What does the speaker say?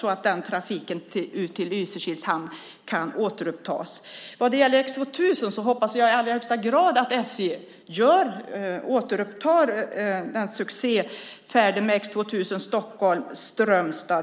Då ska trafiken till Lysekils hamn kunna återupptas. Vad gäller X 2000 hoppas jag i allra högsta grad att SJ återupptar trafiken på succésträckan Stockholm-Strömstad.